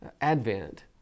Advent